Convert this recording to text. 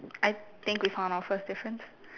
I think we found our first difference